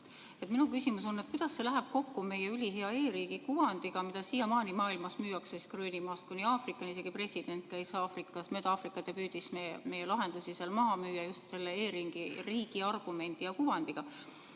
Minu küsimus on, et kuidas see läheb kokku meie ülihea e-riigi kuvandiga, mida siiamaani maailmas müüakse, Gröönimaast kuni Aafrikani. Isegi president käis mööda Aafrikat ja püüdis meie lahendusi seal maha müüa, just e-riigi argumendi ja kuvandiga.